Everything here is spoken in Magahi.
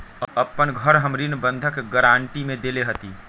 अपन घर हम ऋण बंधक गरान्टी में देले हती